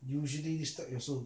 usually they step your sole